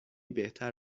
بهتر